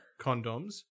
condoms